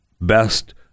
best